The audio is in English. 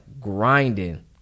grinding